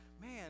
man